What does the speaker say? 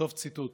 סוף ציטוט.